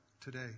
today